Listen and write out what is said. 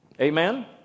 Amen